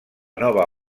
nova